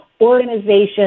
organizations